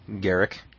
Garrick